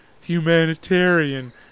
Humanitarian